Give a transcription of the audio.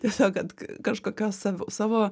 tiesiog kad kažkokios savo savo